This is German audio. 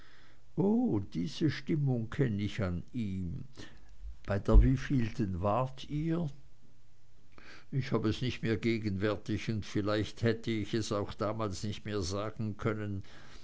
oh diese stimmung kenne ich an ihm bei der wievielten wart ihr ich hab es nicht mehr gegenwärtig und vielleicht hätte ich es auch damals nicht mehr sagen können